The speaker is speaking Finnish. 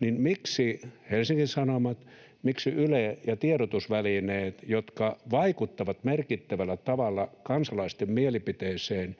niin miksi Helsingin Sanomat, miksi Yle ja tiedotusvälineet, jotka vaikuttavat merkittävällä tavalla kansalaisten mielipiteeseen,